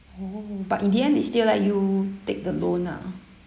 oh but in the end they still let you take the loan ah